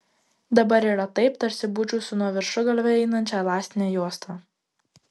dabar yra taip tarsi būčiau su nuo viršugalvio einančia elastine juosta